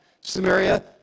Samaria